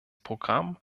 programm